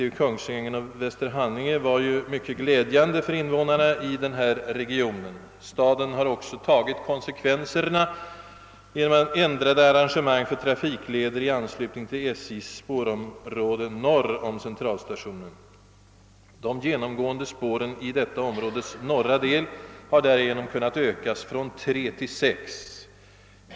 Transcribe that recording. var ju mycket glädjande för invånarna 1 denna region. Staden har också tagit konsekvenserna genom ändrade arrangemang för trafikleder i anslutning till SJ:s spårområde norr om Centralstationen. De genomgående spåren i detta områdes norra del har därigenom kunnat utökas från tre till sex.